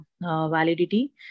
validity